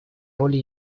роли